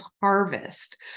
harvest